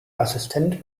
assistent